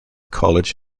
college